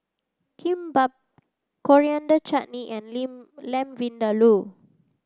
Kimbap Coriander Chutney and Lin Lamb Vindaloo